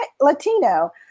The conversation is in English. Latino